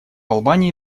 албании